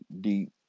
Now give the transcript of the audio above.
deep